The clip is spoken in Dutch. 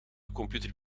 computer